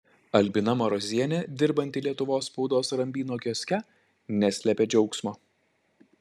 albina marozienė dirbanti lietuvos spaudos rambyno kioske neslėpė džiaugsmo